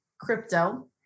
Crypto